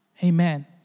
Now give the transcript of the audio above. Amen